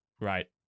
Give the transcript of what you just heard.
right